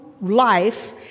Life